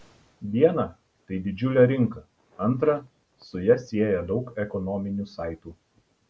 viena tai didžiulė rinka antra su ja sieja daug ekonominių saitų